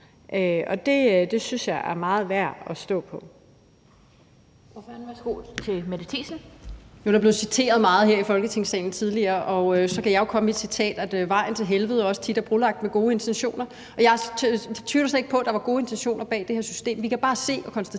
det synes jeg er meget værd at stå på.